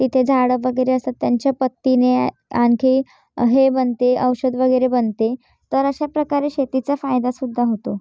इथे झाडं वगैरे असतात त्यांच्या पत्तीने या आणखी हे बनते औषध वगैरे बनते तर अशा प्रकारे शेतीचा फायदासुद्धा होतो